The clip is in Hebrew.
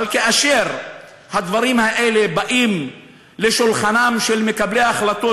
אבל כאשר הדברים האלה באים לשולחנם של מקבלי ההחלטות,